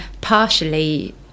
partially